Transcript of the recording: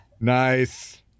Nice